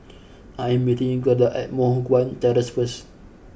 I am meeting Gerda at Moh Guan Terrace first